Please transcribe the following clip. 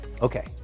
Okay